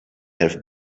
have